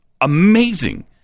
amazing